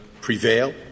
prevail